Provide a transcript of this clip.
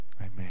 amen